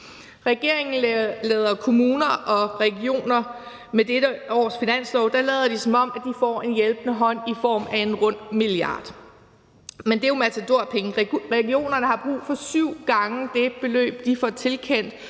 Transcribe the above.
regeringen. Regeringen lader med dette års finanslov, som om kommuner og regioner får en hjælpende hånd i form af en rund milliard. Men det er jo matadorpenge. Regionerne har brug for syv gange det beløb, de får tilkendt,